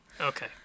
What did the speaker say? Okay